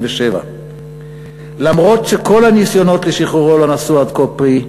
1985. אף שכל הניסיונות לשחרורו לא נשאו עד כה פרי,